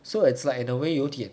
so it's like in a way 有点